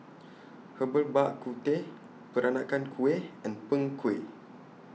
Herbal Bak Ku Teh Peranakan Kueh and Png Kueh